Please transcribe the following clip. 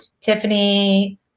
Tiffany